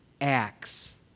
acts